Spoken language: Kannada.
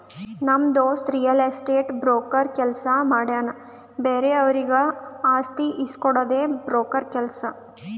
ನಮ್ ದೋಸ್ತ ರಿಯಲ್ ಎಸ್ಟೇಟ್ ಬ್ರೋಕರ್ ಕೆಲ್ಸ ಮಾಡ್ತಾನ್ ಬೇರೆವರಿಗ್ ಆಸ್ತಿ ಇಸ್ಕೊಡ್ಡದೆ ಬ್ರೋಕರ್ ಕೆಲ್ಸ